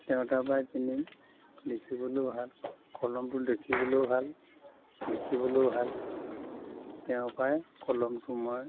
তেওঁৰ তাৰপৰাই কিনি লিখিবলৈয়ো ভাল কলমটো দেখিবলৈয়ো ভাল লিখিবলৈয়ো ভাল তেওঁৰপৰাই কলমটো মই